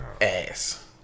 ass